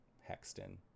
Hexton